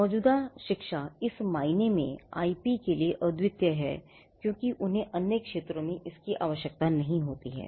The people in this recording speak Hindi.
मौजूदा शिक्षा इस मायने में आईपी के लिए अद्वितीय है कि उन्हें अन्य क्षेत्रों में इसकी आवश्यकता नहीं होती है